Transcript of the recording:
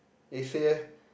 eh say eh